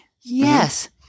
yes